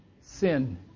sin